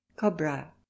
cobra